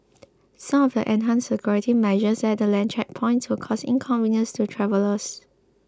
some of the enhanced security measures at the land checkpoints will cause inconvenience to travellers